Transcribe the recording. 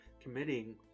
committing